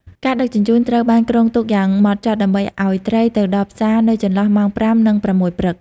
ការដឹកជញ្ជូន ត្រូវបានគ្រោងទុកយ៉ាងម៉ត់ចត់ដើម្បីឱ្យត្រីទៅដល់ផ្សារនៅចន្លោះម៉ោង ៥ និង ៦ ព្រឹក។